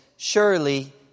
Surely